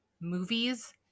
movies